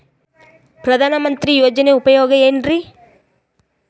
ಪ್ರಧಾನಮಂತ್ರಿ ಯೋಜನೆ ಉಪಯೋಗ ಏನ್ರೀ?